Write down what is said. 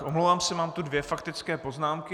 Omlouvám se, mám tu dvě faktické poznámky.